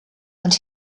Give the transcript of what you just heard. und